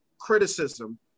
criticism